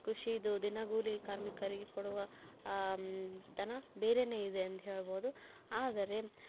ಕೃಷಿದು ದಿನಗೂಲಿ ಕಾರ್ಮಿಕರಿಗೆ ಕೊಡುವ ಧನ ಬೇರೆನೇ ಇದೆ ಅಂತ ಹೇಳ್ಬಹುದು ಆದರೆ